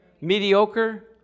Mediocre